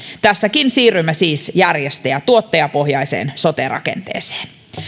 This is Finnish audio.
tässäkin siirrymme siis järjestäjä tuottaja pohjaiseen sote rakenteeseen